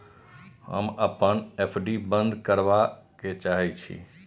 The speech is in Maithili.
हम अपन एफ.डी बंद करबा के चाहे छी